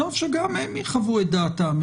טוב שגם הם יחוו את דעתם,